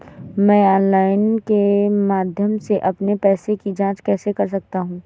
मैं ऑनलाइन के माध्यम से अपने पैसे की जाँच कैसे कर सकता हूँ?